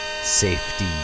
Safety